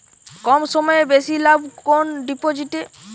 কম সময়ে বেশি লাভ কোন ডিপোজিটে?